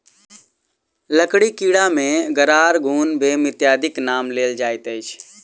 लकड़ीक कीड़ा मे गरार, घुन, भेम इत्यादिक नाम लेल जाइत अछि